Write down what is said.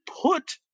put